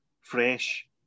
fresh